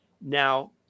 Now